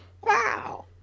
Wow